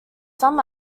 some